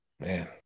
Man